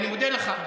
אני מודה לך.